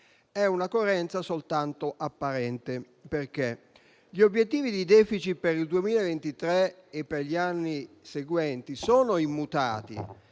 essa è soltanto apparente, perché gli obiettivi di *deficit* per il 2023 e per gli anni seguenti sono immutati,